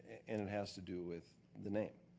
and it has to do with the name.